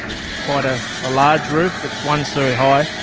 quite a ah large roof, it's one-storey high.